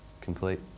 complete